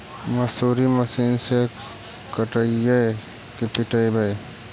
मसुरी मशिन से कटइयै कि पिटबै?